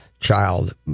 child